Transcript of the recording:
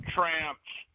Tramps